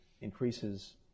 increases